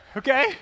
okay